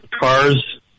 cars